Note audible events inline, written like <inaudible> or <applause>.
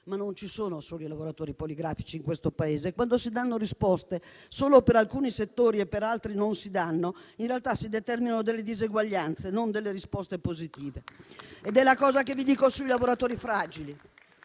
Ma non ci sono solo i lavoratori poligrafici in questo Paese. Quando si danno risposte solo per alcuni settori e per altri non si danno, in realtà si determinano delle diseguaglianze e non delle risposte positive. <applause> Ed è la cosa che vi dico sui lavoratori fragili.